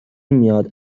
میاد